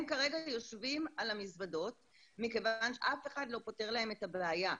הם כרגע יושבים על המזוודות כיוון שאף אחד לא פותר להם את הבעיה.